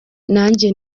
nanjye